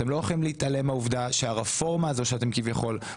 אתם לא יכולים להתעלם מהעובדה שהרפורמה הזו שאתם קוראים